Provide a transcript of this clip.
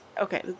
Okay